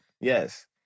Yes